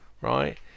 right